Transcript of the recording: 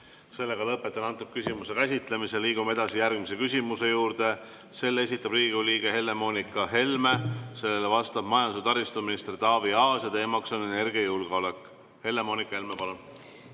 vestlustega. Lõpetan selle küsimuse käsitlemise. Liigume edasi järgmise küsimuse juurde. Selle esitab Riigikogu liige Helle-Moonika Helme, sellele vastab majandus- ja taristuminister Taavi Aas ning teema on energiajulgeolek. Helle-Moonika Helme, palun!